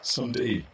Someday